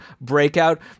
breakout